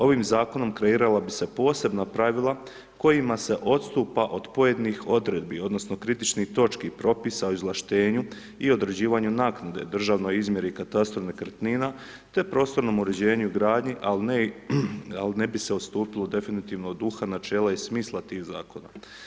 Ovim zakonom kreirala bi se posebna pravila kojima se odstupa od pojedinih odredbi odnosno kritičnih točki propisa o izvlaštenju i određivanju naknade državnoj izmjeri i katastru nekretnina te prostornom uređenju i gradnji al ne i, al ne bi se odstupilo definitivno od duha načela i smisla tih zakona.